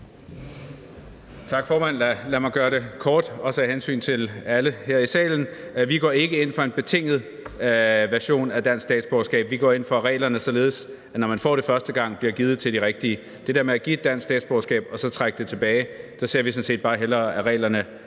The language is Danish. Tak, formand. Lad mig gøre det kort, også af hensyn til alle her i salen. Vi går ikke ind for en betinget version af dansk statsborgerskab; vi går ind for reglerne, således at når man giver det første gang, bliver det givet til de rigtige. I stedet for det der med at give et dansk statsborgerskab og så trække det tilbage ser vi sådan set bare hellere, at reglerne